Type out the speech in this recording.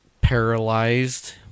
paralyzed